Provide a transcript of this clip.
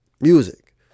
music